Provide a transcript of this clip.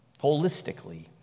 holistically